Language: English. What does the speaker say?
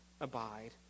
abide